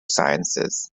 sciences